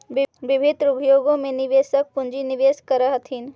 विभिन्न उद्योग में निवेशक पूंजी निवेश करऽ हथिन